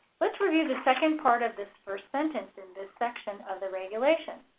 let's review the second part of this first sentence in this section of the regulations,